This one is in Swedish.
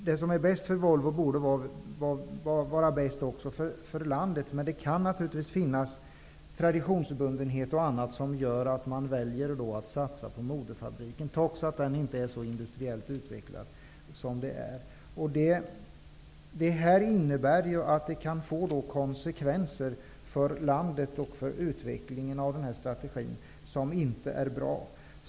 Det som är bäst för Volvo borde vara det bästa för landet. Men det kan naturligtvis vara så att t.ex. traditionsbundenhet gör att man väljer att satsa på moderfabriken, trots att den inte är så industriellt utvecklad. Detta kan alltså få konsekvenser som inte är bra vare sig för landet eller för utvecklingen av den här strategin.